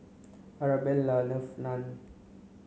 Arabella loves Naan